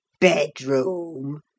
Bedroom